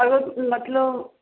अगर मतलब